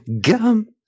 gum